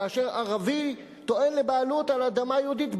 כאשר ערבי טוען לבעלות על אדמה יהודית,